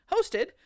hosted